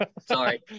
Sorry